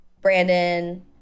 Brandon